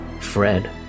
Fred